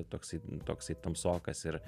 toksai toksai tamsokas ir